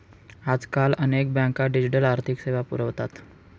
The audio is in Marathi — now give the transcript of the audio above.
आजकाल अनेक बँका डिजिटल आर्थिक सेवा पुरवतात